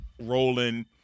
rolling